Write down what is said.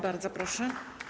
Bardzo proszę.